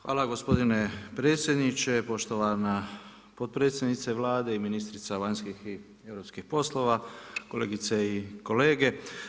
Hvala gospodine predsjedniče, poštovana potpredsjednice Vlade i ministrica vanjskih i europskih poslova, kolegice i kolege.